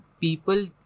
people